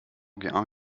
vga